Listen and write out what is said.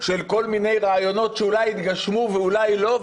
של כל מיני רעיונות שאולי יתגשמו ואולי לא,